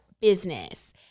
business